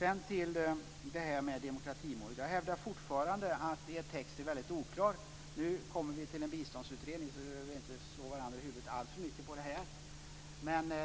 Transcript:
Låt mig sedan gå över till demokratimålet. Jag hävdar fortfarande att er text är väldigt oklar. Nu kommer vi att få en biståndsutredning, därför behöver vi inte slå varandra i huvudet alltför mycket med detta.